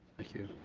thank you.